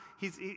hes